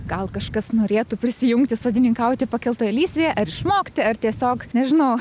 gal kažkas norėtų prisijungti sodininkauti pakeltoje lysvėje ar išmokti ar tiesiog nežinau